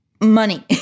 money